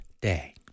day